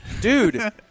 Dude